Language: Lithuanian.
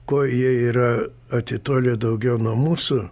kuo jie yra atitolę daugiau nuo mūsų